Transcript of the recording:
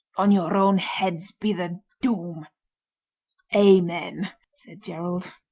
on your own heads be the doom amen! said gerald.